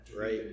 right